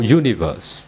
universe